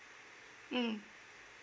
mm